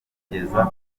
kubigeza